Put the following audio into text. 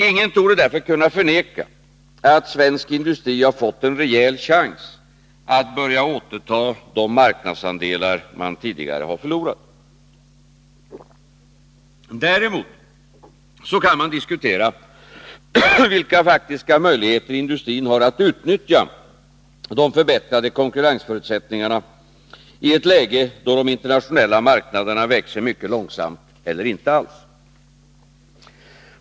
Ingen torde därför kunna förneka att svensk industri har fått en rejäl chans att börja återta de marknadsandelar som man tidigare har förlorat. Däremot kan man diskutera vilka faktiska möjligheter industrin har att utnyttja de förbättrade konkurrensförutsättningarna i ett läge där de internationella marknaderna växer mycket långsamt eller inte alls.